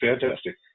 fantastic